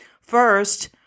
First